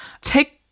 take